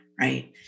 right